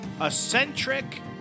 eccentric